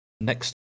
next